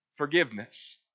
forgiveness